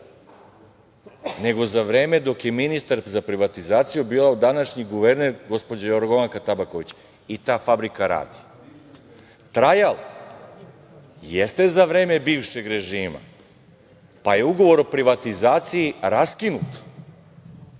nego za vreme dok je ministar za privatizaciju bio današnji guverner gospođa Jorgovanka Tabaković i ta fabrika radi.„Trajal“ jeste za vreme bivšeg režima, pa je ugovor o privatizaciji raskinut,